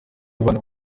abantu